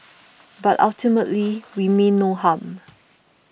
but ultimately we mean no harm